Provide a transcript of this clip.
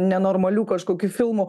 nenormalių kažkokių filmų